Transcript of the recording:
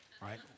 right